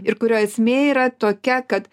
ir kurio esmė yra tokia kad